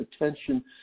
attention